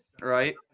Right